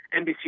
NBC